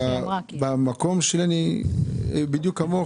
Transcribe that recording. בדיוק כמוך,